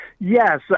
Yes